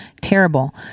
terrible